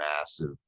massive